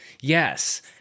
Yes